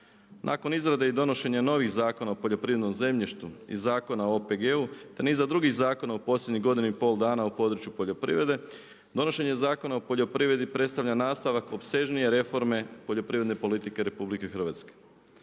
Nakon izrade i donošenja novih zakona o poljoprivrednom zemljištu i Zakona o OPG-u te niza drugih zakona u posljednjih godinu i pol dana u području poljoprivrede donošenje Zakona o poljoprivredi predstavlja nastavak opsežnije reforme poljoprivredne politike RH.